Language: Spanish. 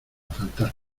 faltar